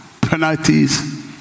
penalties